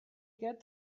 get